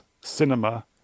cinema